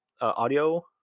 audio